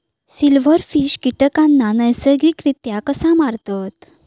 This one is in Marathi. सिल्व्हरफिश कीटकांना नैसर्गिकरित्या कसा मारतत?